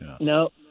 No